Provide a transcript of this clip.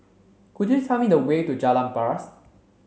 could you tell me the way to Jalan Paras